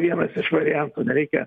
vienas iš variantų nereikia